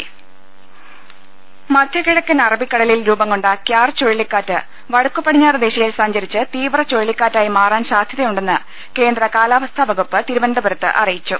ദർവ്വെടെ ദ മധ്യകിഴക്കൻ അറബിക്കടലിൽ രൂപംകൊണ്ട ക്യാർ ചുഴലിക്കാറ്റ് വട ക്കുപടിഞ്ഞാറ് ദിശയിൽ സഞ്ചരിച്ച് തീവ്ര ചുഴലിക്കാറ്റായി മാറാൻ സാധ്യ തയുണ്ടെന്ന് കേന്ദ്ര കാലാവസ്ഥാ വകുപ്പ് തിരുവനന്തപുരത്ത് അറിയിച്ചു